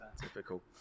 Typical